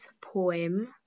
poem